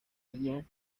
years